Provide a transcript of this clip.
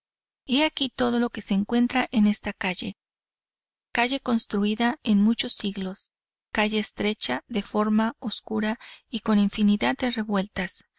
he aquí todo lo que se encuentra en esta calle calle construida en muchos siglos calle estrecha deforme oscura y con infinidad de revueltas